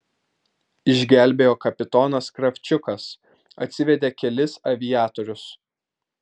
išgelbėjo kapitonas kravčiukas atsivedė kelis aviatorius